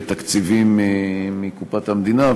תקציבים מקופת המדינה.